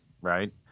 right